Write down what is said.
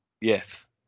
Yes